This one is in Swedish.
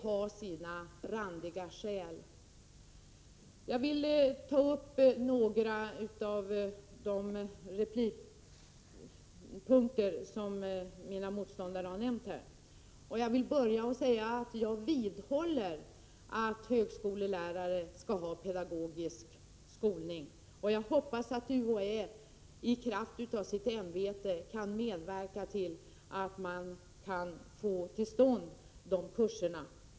Jag avser att ta upp några punkter som nämndes i mina motståndares repliker. Till att börja med vidhåller jag att högskolelärare skall ha pedagogisk skolning. Jag hoppas att UHÄ i kraft av sitt ämbete kan medverka till att man kan få till stånd sådana kurser.